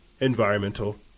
environmental